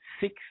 six